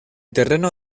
terreno